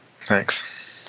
thanks